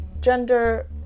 gender